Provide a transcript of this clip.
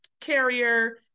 carrier